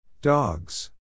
Dogs